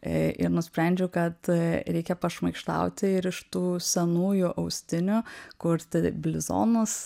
e ir nusprendžiau kad reikia pašmaikštauti ir iš tų senųjų austinių kurti bliuzonus